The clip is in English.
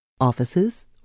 offices